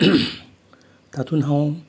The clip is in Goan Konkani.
तातूंत हांव